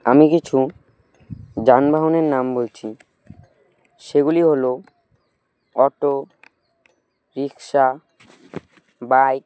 আমি কিছু যানবাহনের নাম বলছি সেগুলি হলো অটো রিকশা বাইক